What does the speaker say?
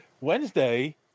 Wednesday